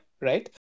right